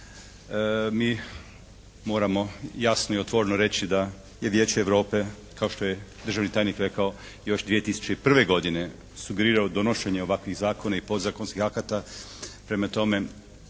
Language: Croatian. mi moramo jasno i otvoreno reći da Vijeće Europe kao što je državni tajnik rekao još 2001. godine sugeriralo donošenje ovakvih zakona i podzakonskih akata. Prema tome,